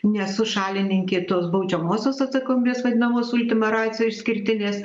nesu šalininkė tos baudžiamosios atsakomybės vadinamos ultima ratio išskirtinės